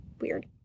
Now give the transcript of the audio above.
Weird